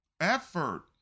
effort